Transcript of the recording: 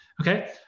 okay